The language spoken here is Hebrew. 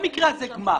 במקרה הזה גמ"ח,